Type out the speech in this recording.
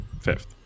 fifth